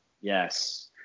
Yes